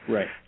Right